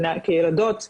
כילדות?